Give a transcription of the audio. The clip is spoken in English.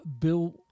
Bill